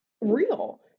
real